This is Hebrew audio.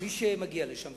מי שמגיע לשם,